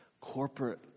Corporate